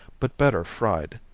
but better fried.